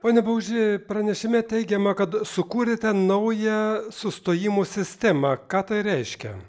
pone baužy pranešime teigiama kad sukūrėte naują sustojimų sistemą ką tai reiškia